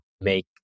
make